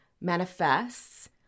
manifests